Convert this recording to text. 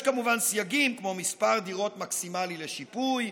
יש כמובן סייגים, כמו מספר דירות מקסימלי לשיפוי,